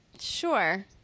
Sure